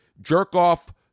jerk-off